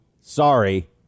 sorry